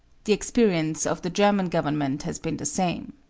the experience of the german government has been the same.